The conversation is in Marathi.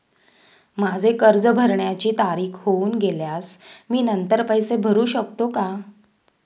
माझे कर्ज भरण्याची तारीख होऊन गेल्यास मी नंतर पैसे भरू शकतो का?